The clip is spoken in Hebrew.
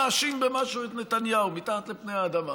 נאשים במשהו את נתניהו מתחת לפני האדמה.